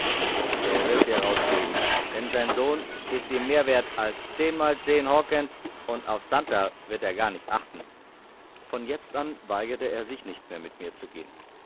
er wird sie herausgeben denn sein sohn ist ihm mehr wert als zehnmal zehn hawkens und auf santer wird er gar nicht achten von jetzt an weigerte er sich nicht mehr mit mir zu gehen